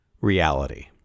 reality